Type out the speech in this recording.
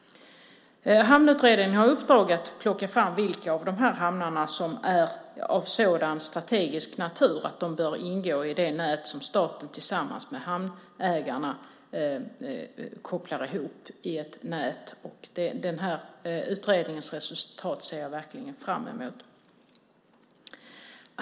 Hamnutredningen har i uppdrag att avgöra vilka av hamnarna som är av sådan strategisk natur att de bör ingå i det nät som staten tillsammans med hamnägarna kopplar ihop i ett nät. Jag ser verkligen fram emot utredningens resultat.